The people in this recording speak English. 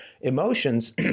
emotions